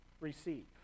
receive